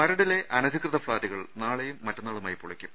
മരടിലെ അനധികൃത ഫ്ളാറ്റുകൾ നാളെയും മറ്റന്നാളുമായി പൊളിക്കും